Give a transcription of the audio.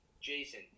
Jason